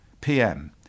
PM